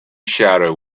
shadow